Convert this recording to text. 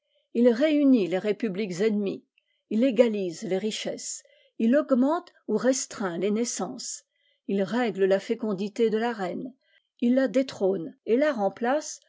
il réunit les républiques ennemies il égalise les richesses il augmente ou restreint les naissances il règle la fécondité de la reine il la détrône et la remplace